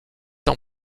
ans